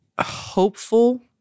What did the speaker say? hopeful